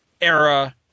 era